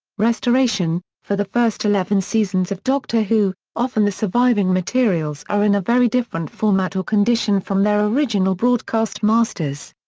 restoration for the first eleven seasons of doctor who, often the surviving materials are in a very different format or condition from their original broadcast masters.